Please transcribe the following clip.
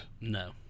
No